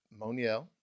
Moniel